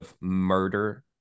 murder